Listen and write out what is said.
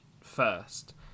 first